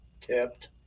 tipped